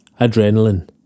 adrenaline